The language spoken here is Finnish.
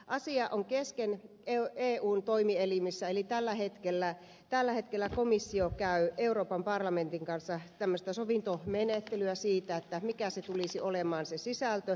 asia on kesken eun toimielimissä eli tällä hetkellä komissio käy euroopan parlamentin kanssa sovintomenettelyä siitä mikä tulisi olemaan se sisältö